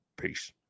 Peace